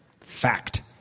Fact